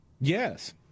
Yes